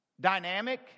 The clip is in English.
dynamic